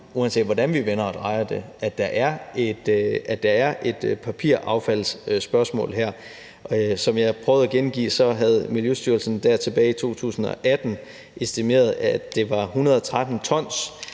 uanset hvordan vi vender og drejer det, at der er et papiraffaldsspørgsmål her. Som jeg prøvede at gengive, estimerede Miljøstyrelsen der tilbage i 2018, at det var 113 t